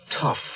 tough